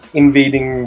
invading